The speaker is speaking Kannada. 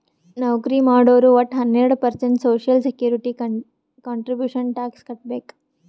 ನೌಕರಿ ಮಾಡೋರು ವಟ್ಟ ಹನ್ನೆರಡು percent social security contribution tax ಕಟ್ಬೇಕ್